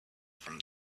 from